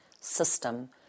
system